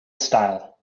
style